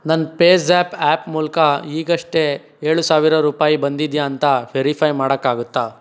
ನನ್ನ PayZapp app ಮೂಲಕ ಈಗಷ್ಟೆ ಏಳು ಸಾವಿರ ರೂಪಾಯಿ ಬಂದಿದೆಯಾ ಅಂತ ವೆರಿಫೈ ಮಾಡೋಕ್ಕಾಗುತ್ತಾ